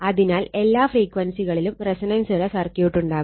അതിനാൽ എല്ലാ ഫ്രീക്വൻസികളിലും റെസൊണൻസുള്ള സർക്യൂട്ട് ഉണ്ടാകും